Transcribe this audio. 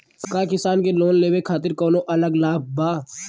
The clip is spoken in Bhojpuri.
का किसान के लोन लेवे खातिर कौनो अलग लाभ बा?